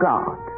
God